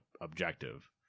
objective